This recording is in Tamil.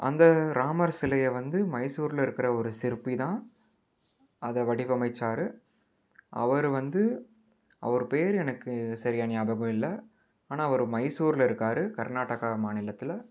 அந்த ராமர் சிலையை வந்து மைசூரில் இருக்கிற ஒரு சிற்பி தான் அதை வடிவமைச்சார் அவர் வந்து அவரு பெயரு எனக்கு சரியா ஞாபகம் இல்லை ஆனால் அவர் மைசூரில் இருக்கார் கர்நாடகா மாநிலத்தில்